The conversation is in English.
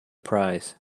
prize